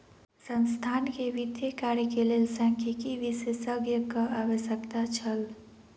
संस्थान के वित्तीय कार्य के लेल सांख्यिकी विशेषज्ञक आवश्यकता छल